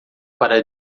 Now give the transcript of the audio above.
para